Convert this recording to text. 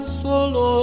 solo